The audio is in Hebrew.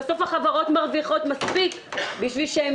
בסוף החברות מרוויחות מספיק בשביל שהן